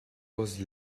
was